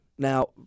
Now